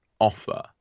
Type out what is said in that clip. offer